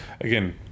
again